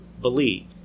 believe